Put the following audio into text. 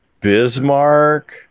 Bismarck